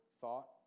thought